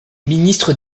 ministre